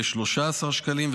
כ-13 שקלים,